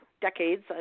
decades